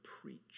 preach